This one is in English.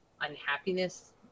unhappiness